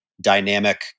dynamic